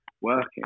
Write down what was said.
working